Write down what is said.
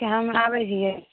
कि हम आबैत हियै